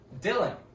Dylan